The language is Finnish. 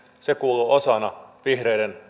se kuuluu osana vihreiden